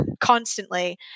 constantly